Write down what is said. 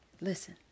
Listen